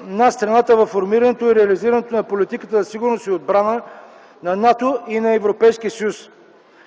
на страната във формирането и реализирането на политиката за сигурност и отбрана на НАТО и Европейския съюз.